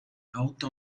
auto